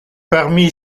parmi